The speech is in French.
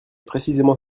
précisément